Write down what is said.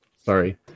Sorry